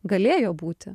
galėjo būti